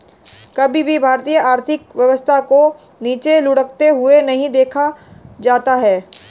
कभी भी भारतीय आर्थिक व्यवस्था को नीचे लुढ़कते हुए नहीं देखा जाता है